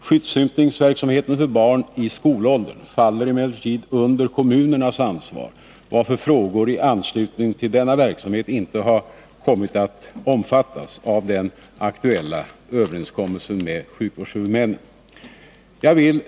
Skyddsympningsverksamheten för barn i skolåldern faller emellertid under kommunernas ansvar, varför frågor i anslutning till denna verksamhet inte har kommit att omfattas av den aktuella överenskommelsen med sjukvårdshuvudmännen.